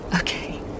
Okay